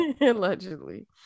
allegedly